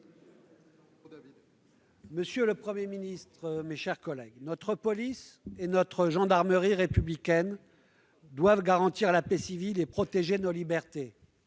Monsieur le Premier ministre, mes chers collègues, notre police et notre gendarmerie républicaines doivent garantir la paix civile et protéger nos libertés,